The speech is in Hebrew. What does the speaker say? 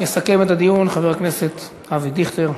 יסכם את הדיון חבר הכנסת אבי דיכטר.